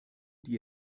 die